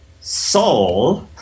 soul